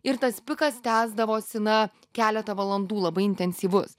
ir tas pikas tęsdavosi na keletą valandų labai intensyvus